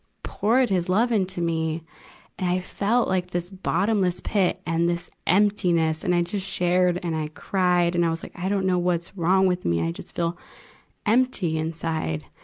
poured his love into me. and i felt like this bottomless pit and this emptiness. and i just shared and i cried. and i was like, i don't know what's wrong with me. i just feel empty inside.